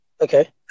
Okay